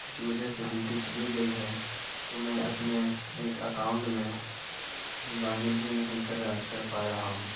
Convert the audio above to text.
کسی وجہ سے بجلی چلی گئی ہے تو میں اپنے ایک کاؤنٹ میں لاگ ان ہی نہیں کر کر پا رہا ہوں